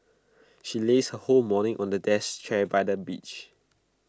she lazed her whole morning on A death chair by the beach